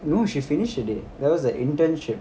no she finished already that was the internship